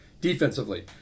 Defensively